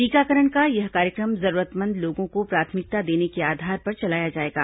टीकाकरण का यह कार्यक्रम जरूरतमंद लोगों को प्राथमिकता देने के आधार पर चलाया जाएगा